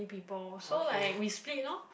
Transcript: new people so like we split lor